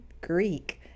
Greek